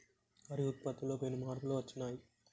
వరి ఉత్పత్తిలో పెను మార్పులు వచ్చినాయ్